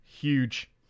huge